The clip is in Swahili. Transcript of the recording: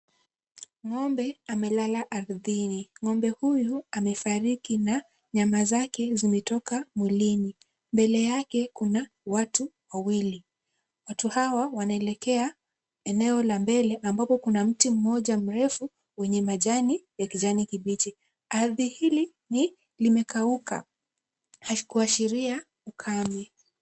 Ng'ombe amelala ardhini, ng'ombe huyo amefariki na nyama zake zimetoka mwilini, mbele yake kuna watu wawili, watu hawa wanaelekea eneo la mbele ambapo kuna mti mmoja mrefu wenye majani ya kijani kibichi, ardhi hili limekauka kuashiria ukame.